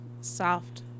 soft